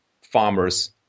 farmers